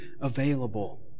available